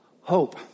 hope